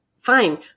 fine